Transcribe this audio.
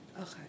Okay